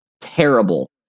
terrible